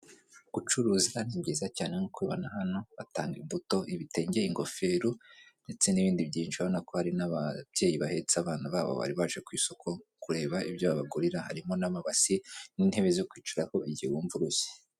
Gucuruza ni byiza cyane nk'uko ubibona hano, batanga imbuto, ibitenge, ingofero ndetse n'ibindi byinshi. Urabona ko hari n'ababyeyi bahetse abana babo bari baje ku isoko kureba ibyo babagurira. Harimo n'amabasi n'intebe zo kwicararaho igihe wumva urushye.